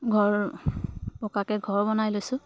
ঘৰ পকাকৈ ঘৰ বনাই লৈছোঁ